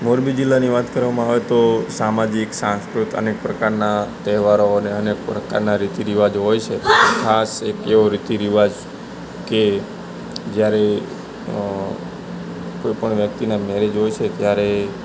મોરબી જિલ્લાની વાત કરવામાં આવે તો સામાજિક સાંસ્કૃત અનેક પ્રકારના તહેવારો અને અનેક પ્રકારના રીતિ રિવાજો હોય છે ખાસ એક એવો રીતિ રિવાજ કે જ્યારે અં કોઇપણ વ્યક્તિના મેરેજ હોય છે ત્યારે